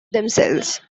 themselves